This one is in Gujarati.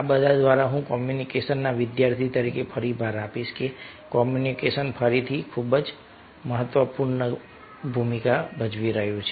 આ બધા દ્વારા હું કોમ્યુનિકેશનના વિદ્યાર્થી તરીકે ફરી ભાર આપીશ કે કોમ્યુનિકેશન ફરીથી ખૂબ જ મહત્વપૂર્ણ ભૂમિકા ભજવી રહ્યું છે